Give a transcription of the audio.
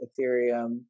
Ethereum